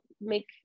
make